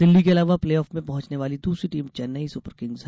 दिल्ली के अलावा play off में पहुंचने वाली दूसरी टीम चेन्नई सुपर किंग्स है